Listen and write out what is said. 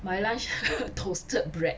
my lunch toasted bread